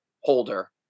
holder